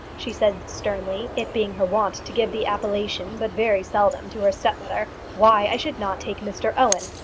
she said sternly, it being her wont to give the appellation but very seldom to her stepmother, why i should not take mr owen,